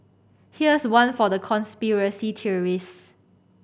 here's one for the conspiracy theorist